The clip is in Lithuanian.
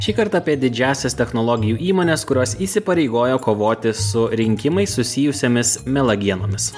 šįkart apie didžiąsias technologijų įmones kurios įsipareigoja kovoti su rinkimais susijusiomis melagienomis